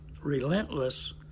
relentless